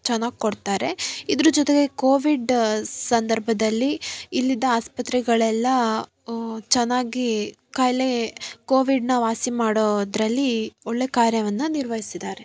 ಚೆನ್ನಾಗಿ ಕೊಡ್ತಾರೆ ಇದರ ಜೊತೆಗೆ ಕೋವಿಡ್ ಸಂದರ್ಭದಲ್ಲಿ ಇಲ್ಲಿದ್ದ ಆಸ್ಪತ್ರೆಗಳೆಲ್ಲ ಚೆನ್ನಾಗಿ ಕಾಯಿಲೆ ಕೋವಿಡನ್ನ ವಾಸಿ ಮಾಡೋದರಲ್ಲಿ ಒಳ್ಳೆಯ ಕಾರ್ಯವನ್ನು ನಿರ್ವಹಿಸಿದಾರೆ